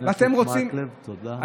אתם רוצים, חבר הכנסת מקלב, תודה.